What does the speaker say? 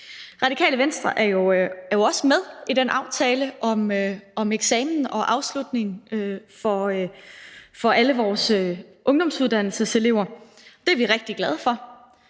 Radikale Venstre er jo også med i aftalen om eksamen og afslutning for alle vores ungdomsuddannelseselever. Det er vi rigtig glade for.